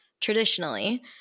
traditionally